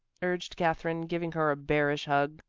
urged katherine, giving her a bearish hug.